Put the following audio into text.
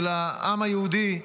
של העם היהודי,